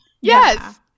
yes